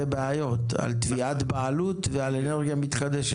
בעיות: על תביעת בעלות ועל אנרגיה מתחדשת.